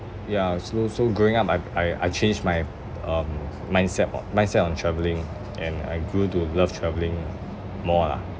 ya so so growing up I I I changed my um mindset o~ mindset on travelling and I grew to love travelling more lah